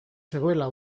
zegoela